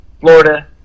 Florida